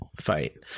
fight